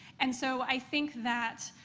and so i think that,